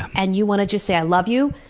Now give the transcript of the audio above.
and you want to just say, i love you,